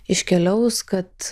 iškeliaus kad